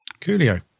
coolio